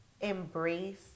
embrace